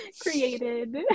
created